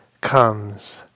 comes